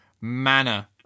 manner